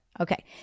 Okay